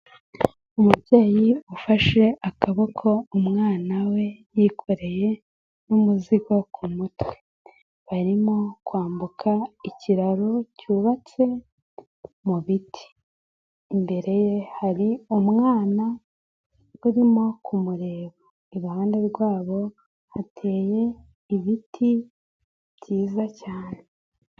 Umubyeyi ufashe akaboko umwana we yikoreye n'umuzigo ku mutwe, barimo kwambuka ikiraro cyubatse mu biti, imbere ye hari umwana urimo kumureba iruhande rwabo hateye ibiti byiza cyane.